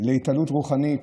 להתעלות רוחנית.